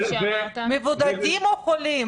מבודדים או חולים?